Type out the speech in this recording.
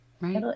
Right